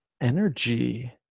energy